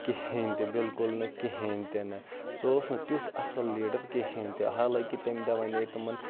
کِہیٖنۍ تہِ بلکل نہٕ کِہیٖنۍ تہِ نہٕ سُہ اوس نہٕ تیُتھ اَصٕل لیٖڈَر کِہیٖنۍ تہِ حالانکہِ تمہِ دۄہ وَنے تٕمَن